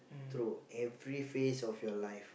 through every phase of your life